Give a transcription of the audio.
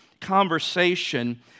conversation